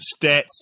stats